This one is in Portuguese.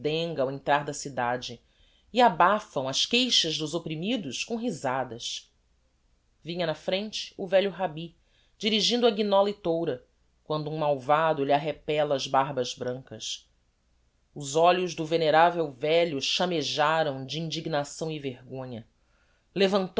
ao entrar da cidade e abafam as queixas dos opprimidos com risadas vinha na frente o velho rabbi dirigindo a guinola e toura quando um malvado lhe arrepella as barbas brancas os olhos do veneravel velho chamejaram de indignação e vergonha levantou